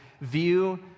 view